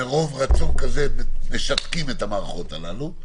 מרוב רצון כזה משתקים את המערכות האלה.